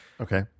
Okay